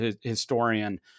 historian